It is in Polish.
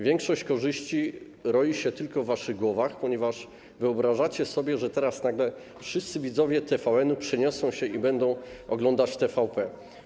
Większość korzyści roi się tylko w waszych głowach, ponieważ wyobrażacie sobie, że teraz nagle wszyscy widzowie TVN-u przeniosą się i będą oglądać TVP.